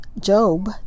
Job